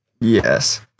Yes